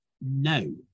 no